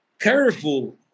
careful